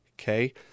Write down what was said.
okay